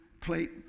plate